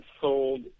sold